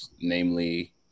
namely